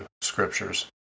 scriptures